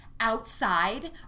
outside